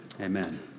Amen